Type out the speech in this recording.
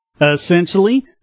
Essentially